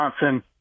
Johnson